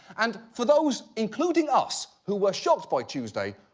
and for those, including us, who were shocked by tuesday,